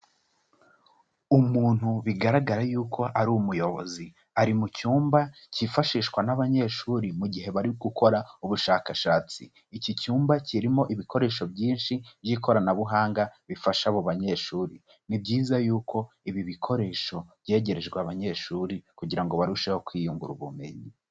Umuntu bigaragara y'uko ari umuyobozi ari mu cyumba kifashishwa n'abanyeshuri mu gihe bari gukora ubushakashatsi, iki cyumba kirimo ibikoresho byinshi by'ikoranabuhanga bifasha abo banyeshuri. Ni byiza y'uko ibi bikoresho byegerejwe abanyeshuri kugira ngo barusheho kwiyungura ubumenyi.